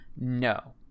no